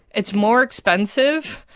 it's more expensive.